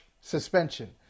suspension